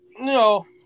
No